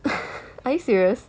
are you serious